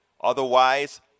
Otherwise